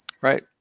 Right